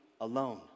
alone